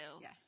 Yes